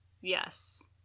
Yes